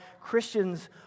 Christians